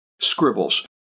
scribbles